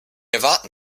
erwarten